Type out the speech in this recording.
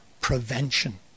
prevention